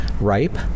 ripe